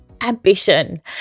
ambition